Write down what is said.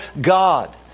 God